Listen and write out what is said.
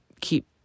keep